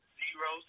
zero